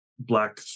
Black